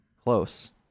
close